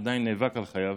שעדיין נאבק על חייו,